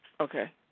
Okay